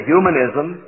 Humanism